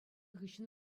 хыҫҫӑн